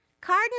Cardinal